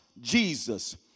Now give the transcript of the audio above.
Jesus